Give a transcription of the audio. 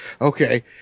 Okay